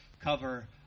cover